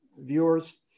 viewers